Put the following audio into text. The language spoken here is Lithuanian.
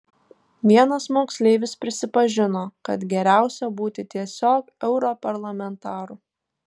vienas moksleivis prisipažino kad geriausia būti tiesiog europarlamentaru